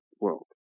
world